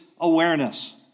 awareness